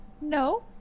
No